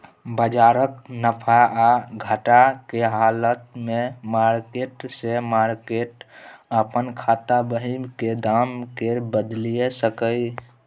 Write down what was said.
बजारक नफा आ घटा के हालत में मार्केट से मार्केट अपन खाता बही के दाम के बदलि सकैए